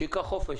שייקח חופשה,